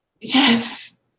Yes